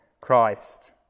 Christ